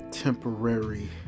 Temporary